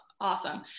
Awesome